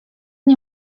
nie